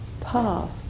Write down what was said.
path